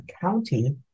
county